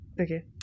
Okay